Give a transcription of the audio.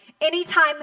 Anytime